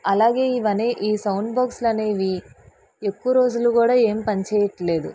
అలాగే ఇవనే ఈ సౌండ్ బాక్సులనేవి ఎక్కువ రోజులు కూడా ఏం పనిచేయట్లేదు